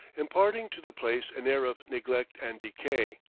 imparting to the place an air of neglect and decay.